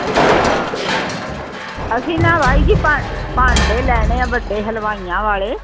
ਅੱਛਾ ਅਸੀਂ ਨਾ ਬਾਈ ਜੀ ਭਾ ਭਾਂਡੇ ਲੈਣੇ ਆ ਵੱਡੇ ਹਲਵਾਈਆਂ ਵਾਲੇ